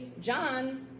John